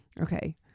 Okay